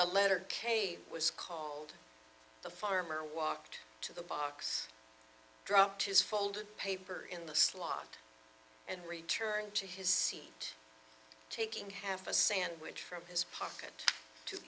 the letter k was called the farmer walked to the box dropped his folded paper in the slot and returned to his seat taking half a sandwich from his pocket to